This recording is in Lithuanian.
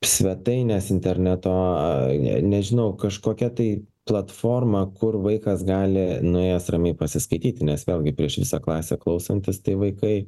svetainės interneto nežinau kažkokia tai platforma kur vaikas gali nuėjęs ramiai pasiskaityti nes vėlgi prieš visą klasę klausantis tai vaikai